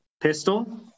pistol